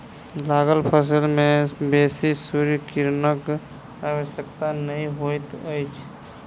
लागल फसिल में बेसी सूर्य किरणक आवश्यकता नै होइत अछि